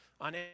On